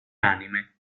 anime